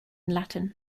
latin